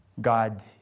God